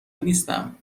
نیستم